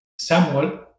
Samuel